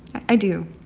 i do.